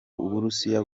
uburusiya